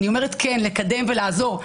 אני אומרת לקדם ולעזור,